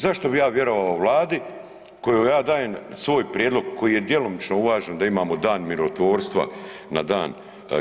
Zašto bi ja vjerovao Vladi kada ja dajem svoj prijedlog koji je djelomično uvažen da imamo Dan mirotvorstva na dan